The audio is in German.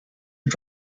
und